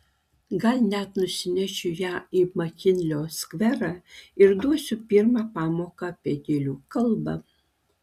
gal net nusinešiu ją į makinlio skverą ir duosiu pirmą pamoką apie gėlių kalbą